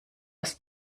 aus